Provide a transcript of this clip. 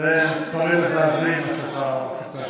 זה מספרים מזעזעים, מה שאתה מספר.